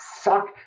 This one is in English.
suck